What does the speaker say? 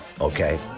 okay